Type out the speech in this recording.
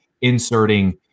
inserting